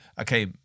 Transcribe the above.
okay